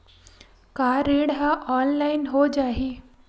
का ऋण ह ऑनलाइन हो जाही?